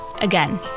again